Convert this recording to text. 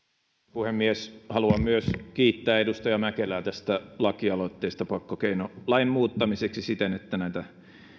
puhemies haluan myös kiittää edustaja mäkelää tästä lakialoitteesta pakkokeinolain muuttamiseksi siten että